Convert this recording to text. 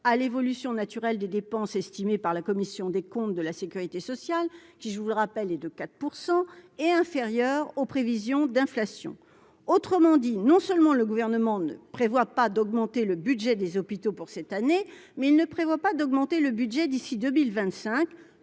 Ah l'évolution naturelle des dépenses estimées par la commission des comptes de la Sécurité sociale, qui je vous le rappelle, est de quatre. Pour % est inférieur aux prévisions d'inflation, autrement dit, non seulement le gouvernement ne prévoit pas d'augmenter le budget des hôpitaux pour cette année mais il ne prévoit pas d'augmenter le budget d'ici 2025,